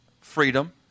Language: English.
freedom